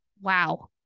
Wow